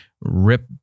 rip